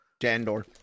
Dandor